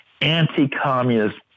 anti-communist